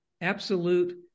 absolute